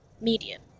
medium